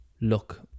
look